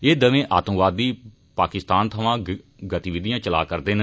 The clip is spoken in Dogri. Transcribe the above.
एह् दवै आतंकवादी पाकिस्तान थमां गतिविधियां चला करदे न